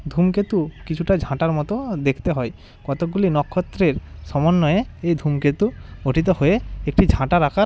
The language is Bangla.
ধূমকেতু কিছুটা ঝাঁটার মতো দেখতে হয় কতকগুলি নক্ষত্রের সমন্বয়ে এই ধূমকেতু গঠিত হয়ে একটি ঝাঁটার আকার